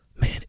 man